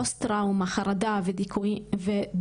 פוסט טראומה, חרדה ודיכאון.